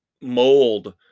mold